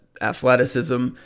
Athleticism